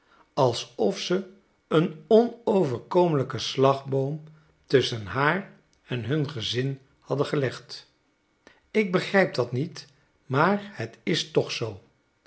alsof ze een onoverkomelijken slagboom tusschen haar en hun gezin hadden gelegd ik begrijp dat niet maar het is toch zoo